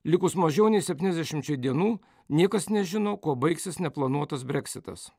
likus mažiau nei septyniasdešimčiai dienų niekas nežino kuo baigsis neplanuotas breksitas